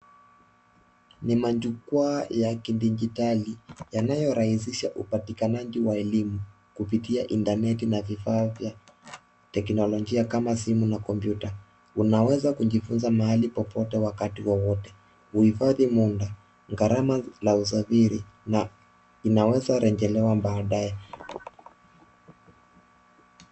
Ni majukwaa ya kidijitali yanayorahisisha upatikanaji wa elimu kupitia Internet na vifaa vya teknolojia kama simu na kompyuta. Unaweza kujifunza mahali popote wakati wowote. Huhifadhi muda gharama za usafiri na inaweza rejelewa baadaye.